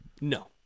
No